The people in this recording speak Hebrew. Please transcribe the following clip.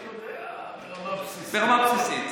אני יודע ברמה בסיסית.